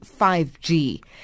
5G